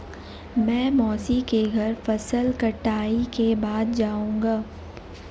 मैं मौसी के घर फसल कटाई के बाद जाऊंगा